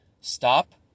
Stop